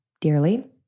dearly